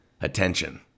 attention